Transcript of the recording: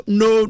no